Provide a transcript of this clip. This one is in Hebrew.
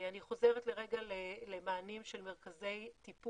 אני חוזרת לרגע למענים של מרכזי טיפול.